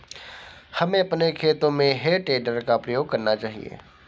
हमें अपने खेतों में हे टेडर का प्रयोग करना चाहिए